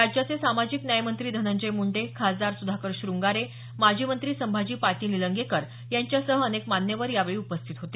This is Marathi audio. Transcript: राज्याचे सामाजिक न्याय मंत्री धनजंय मुंडे खासदार सुधाकर श्रंगारे माजी मंत्री संभाजी पाटील निलंगेकर यांच्यासह अनेक मान्यवर यावेळी उपस्थित होते